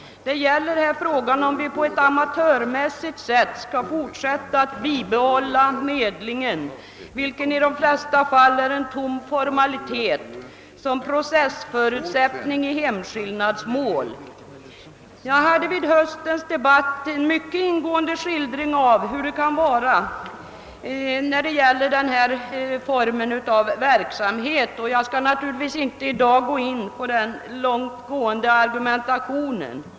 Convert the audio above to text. Det gäller här frågan om vi på ett amatörmässigt sätt skall fortsätta att bibehålla medlingen, vilken i de flesta fall är en tom formalitet, som processförutsättning i hemskillnadsmål. Jag lämnade i höstens debatt en mycket ingående skildring av hur det kan förhålla sig när det gäller denna form av verksamhet. Jag skall naturligtvis inte i dag gå in på den långtgående argumentationen.